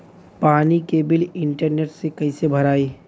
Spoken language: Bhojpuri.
पानी के बिल इंटरनेट से कइसे भराई?